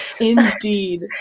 Indeed